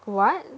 what